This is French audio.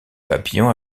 papillon